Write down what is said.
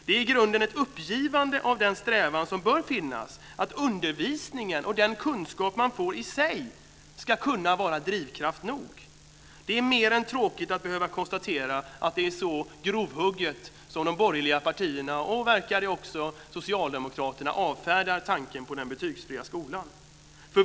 Det är i grunden ett uppgivande av den strävan som bör finnas, nämligen att undervisningen och den kunskap man får i sig ska vara drivkraft nog. Det är mer än tråkigt att behöva konstatera att det är så grovhugget som de borgerliga partierna, och även Socialdemokraterna verkar det som, avfärdar tanken på den betygsfria skolan.